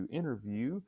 interview